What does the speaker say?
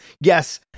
yes